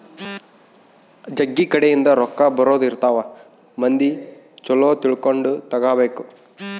ಜಗ್ಗಿ ಕಡೆ ಇಂದ ರೊಕ್ಕ ಬರೋದ ಇರ್ತವ ಮಂದಿ ಚೊಲೊ ತಿಳ್ಕೊಂಡ ತಗಾಬೇಕು